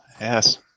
Yes